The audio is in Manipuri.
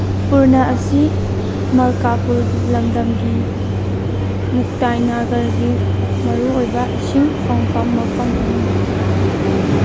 ꯄꯨꯔꯅ ꯑꯁꯤ ꯃꯜꯀꯥꯄꯨꯔꯒꯤ ꯂꯝꯗꯝꯒꯤ ꯃꯨꯛꯇꯥꯏꯅꯒꯔꯒꯤ ꯃꯔꯨꯑꯣꯏꯕ ꯏꯁꯤꯡ ꯐꯪꯐꯝ ꯃꯐꯝ ꯑꯃꯅꯤ